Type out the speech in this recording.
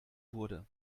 wurde